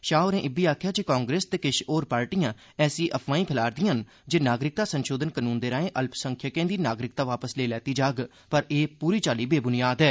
शाह होरें इब्बी गलाया जे कांग्रेस ते किश होर पार्टियां ऐसी अफवाहीं फैला करदिआं न जे नागरिकता संशोधन कानून दे राएं अल्पसंख्यकें दी नागरिकता वापस लेई लैती जाग पर एह् पूरी चाल्ली बेबुनियाद ऐ